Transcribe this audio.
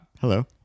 hello